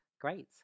great